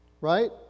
Right